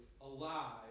alive